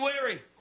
weary